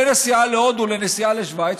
בין נסיעה להודו לנסיעה לשווייץ,